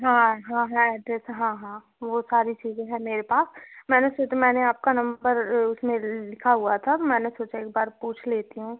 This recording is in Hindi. हाँ हाँ है एड्रेस हाँ हाँ वो सारी चीज़ें है मेरे पास मैंने वैसे तो मैंने आपका नंबर उस में लिखा हुआ था मैंने सोचा एक बार पूछ लेती हूँ